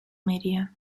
media